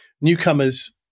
newcomers